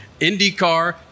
IndyCar